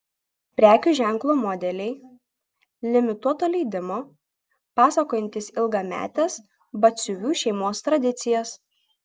prekių ženklo modeliai limituoto leidimo pasakojantys ilgametes batsiuvių šeimos tradicijas